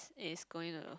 is going to